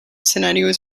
scenarios